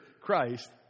Christ